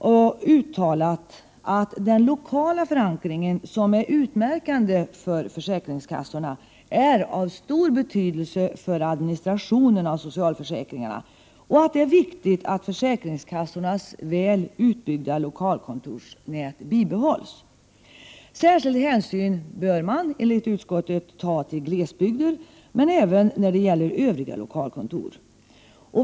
Vi har sagt att den lokala förankringen, som är utmärkande för försäkringskassorna, är av stor betydelse för administrationen av socialförsäkringarna och att det är viktigt att försäkringskassornas väl utbyggda lokalkontorsnät bibehålles. Särskild hänsyn bör man enligt utskottet ta till glesbygden men även när det gäller övriga lokalkontor.